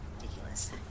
Ridiculous